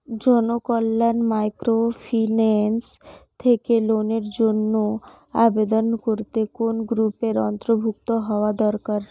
Janakalyan microfinance থেকে লোনের জন্য আবেদন করতে কোন গ্রুপের অন্তর্ভুক্ত হওয়া দরকার?